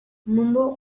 mundu